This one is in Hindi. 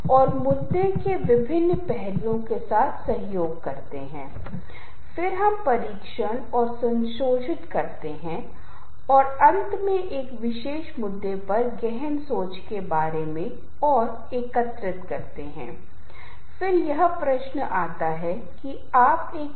यदि आपके पास लयबद्ध ध्वनि है यदि आपकी ध्वनि में कुछ विशेषताएं हैं तो इसके कुछ प्रकार के ठहराव हैं तो आप इसे संगीतमय होने के संदर्भ में सोच सकते हैं क्योंकि इसमें कुछ घटक हैं कुछ विशेषताएं हैं जो एक निश्चित आवधिकता की तरह उभर रही हैं